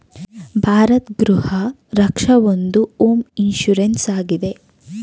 ಭಾರತ್ ಗೃಹ ರಕ್ಷ ಒಂದು home insurance ಆಗಿದೆ